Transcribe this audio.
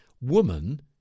Woman